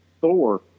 Thor